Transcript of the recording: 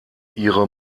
ihre